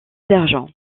d’argent